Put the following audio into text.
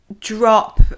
drop